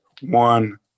one